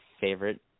favorite